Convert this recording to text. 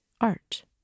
art